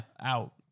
out